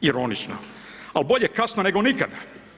Ironično, al, bolje kasno, nego nikada.